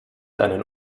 einen